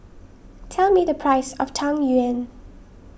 tell me the price of Tang Yuen